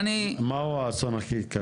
מהו האסון הכי כבד?